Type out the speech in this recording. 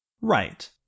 right